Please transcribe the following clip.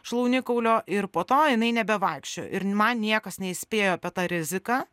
šlaunikaulio ir po to jinai nebevaikščiojo ir man niekas neįspėjo apie tą riziką